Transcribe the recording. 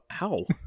Ow